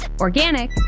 organic